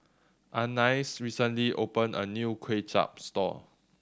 Anais recently opened a new Kway Chap store